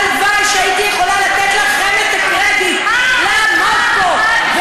הלוואי שהייתי יכולה לתת לכם את הקרדיט לעמוד פה,